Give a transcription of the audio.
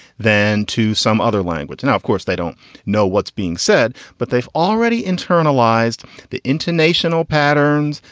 then to some other language. now, of course, they don't know what's being said, but they've already internalized the intonational patterns,